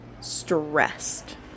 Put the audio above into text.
stressed